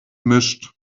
mischt